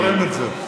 אני תורם את זה.